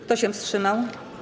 Kto się wstrzymał?